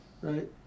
right